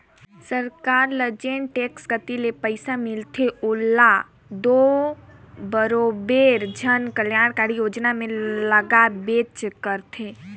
सरकार ल जेन टेक्स कती ले पइसा मिलथे ओला दो बरोबेर जन कलयानकारी योजना में लगाबेच करथे